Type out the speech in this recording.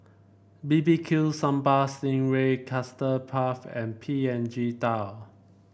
B B Q Sambal Sting Ray Custard Puff and Png Tao